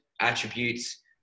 attributes